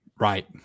Right